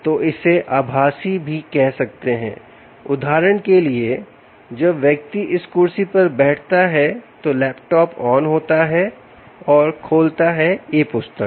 तो इसे आभासी भी कह सकते हैंउदाहरण के लिए जब व्यक्ति इस कुर्सी पर बैठता है तो लैपटॉप ऑन होता है और खोलता है ई पुस्तक